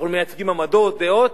אנחנו מייצגים עמדות ודעות,